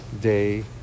day